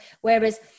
whereas